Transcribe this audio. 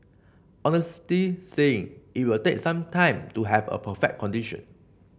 honestly saying it will take some more time to have a perfect condition